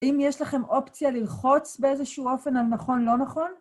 אם יש לכם אופציה ללחוץ באיזשהו אופן על נכון, לא נכון.